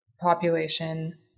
population